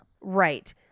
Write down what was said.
Right